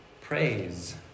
praise